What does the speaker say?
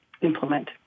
implement